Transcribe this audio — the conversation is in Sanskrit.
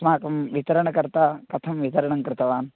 अस्माकं वितरणकर्ता कथं वितरणं कृतवान्